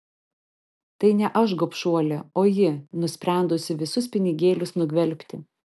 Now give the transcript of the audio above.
tai ne aš gobšuolė o ji nusprendusi visus pinigėlius nugvelbti